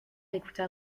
écouta